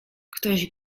ktoś